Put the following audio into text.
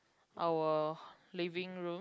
our living room